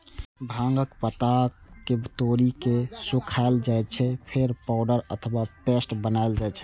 भांगक पात कें तोड़ि के सुखाएल जाइ छै, फेर पाउडर अथवा पेस्ट बनाएल जाइ छै